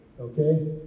Okay